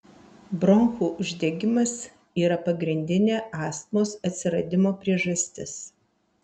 bronchų uždegimas yra pagrindinė astmos atsiradimo priežastis